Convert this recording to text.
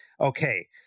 okay